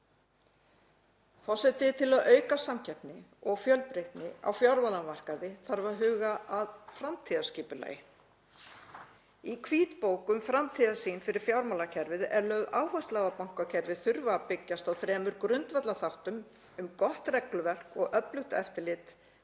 Forseti. Til að auka samkeppni og fjölbreytni á fjármálamarkaði þarf að huga að framtíðarskipulagi. Í hvítbók um framtíðarsýn fyrir fjármálakerfið er lögð áhersla á að bankakerfið þurfi að byggjast á þremur grundvallarþáttum, um gott regluverk og öflugt eftirlit